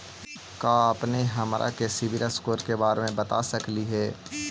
का अपने हमरा के सिबिल स्कोर के बारे मे बता सकली हे?